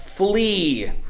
Flee